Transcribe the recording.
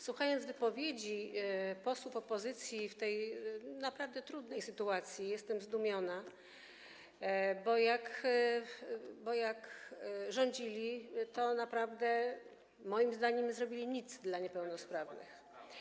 Słuchając wypowiedzi posłów opozycji w tej naprawdę trudnej sytuacji, jestem zdumiona, bo jak rządzili, to naprawdę, moim zdaniem, nic nie zrobili dla niepełnosprawnych.